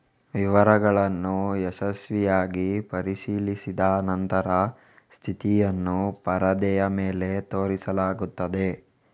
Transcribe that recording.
ವಿವರಗಳನ್ನು ಯಶಸ್ವಿಯಾಗಿ ಪರಿಶೀಲಿಸಿದ ನಂತರ ಸ್ಥಿತಿಯನ್ನು ಪರದೆಯ ಮೇಲೆ ತೋರಿಸಲಾಗುತ್ತದೆ